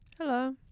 Hello